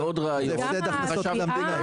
כי זה הפסד הכנסות למדינה.